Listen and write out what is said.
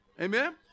Amen